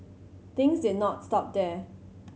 things did not stop there